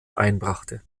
einbrachte